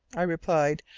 i replied,